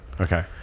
Okay